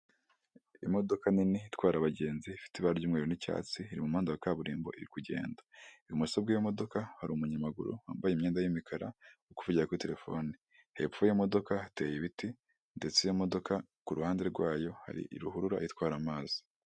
Imodoka nini itwara abagenzi ifite ibara ry'umweru n'icyatsi iri mu muhanda wakaburimbo iri kugenda, ibumoso bw'iyo modoka hari umunyamaguru wambaye imyenda y'imikara ari kuvugira kuri terefone, hepfo y'iyo modoka hateye ibiti ndetse iyo modoka ku ruhande rwayo hari ruhurura itwara amazi.